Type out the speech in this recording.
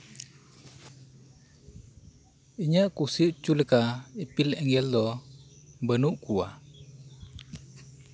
ᱤᱧᱟᱹᱜ ᱠᱩᱥᱤ ᱦᱚᱪᱚ ᱞᱮᱠᱟ ᱤᱯᱤᱞ ᱮᱸᱜᱮᱞ ᱫᱚ ᱵᱟᱹᱱᱩᱜ ᱠᱚᱣᱟ